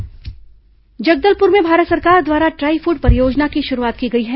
ट्राईफूड परियोजना जगदलपुर में भारत सरकार द्वारा ट्राईफूड परियोजना की शुरूआत की गई है